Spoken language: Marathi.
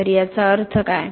तर याचा अर्थ काय